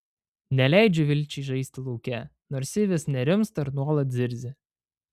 neleidžiu vilčiai žaisti lauke nors ji vis nerimsta ir nuolat zirzia